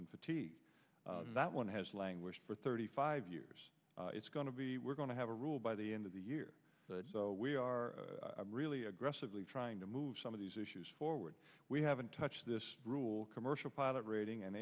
fatigue that one has languished for thirty five years it's going to be we're going to have a rule by the end of the year so we are really aggressively trying to move some of these issues forward we haven't touched this rule commercial pilot rating and